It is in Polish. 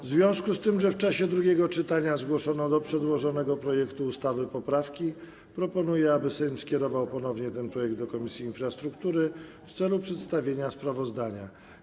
W związku z tym, że w czasie drugiego czytania zgłoszono do przedłożonego projektu ustawy poprawki, proponuję, aby Sejm skierował ponownie ten projekt do Komisji Infrastruktury w celu przedstawienia sprawozdania.